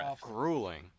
grueling